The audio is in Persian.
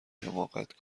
حماقت